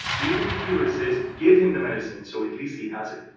even if he resists. give him the medicine. so at least he has it.